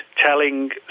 telling